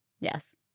Yes